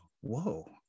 whoa